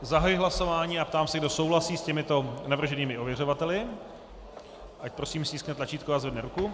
Zahajuji hlasování a ptám se, kdo souhlasí s těmito navrženými ověřovateli, ať stiskne tlačítko a zvedne ruku.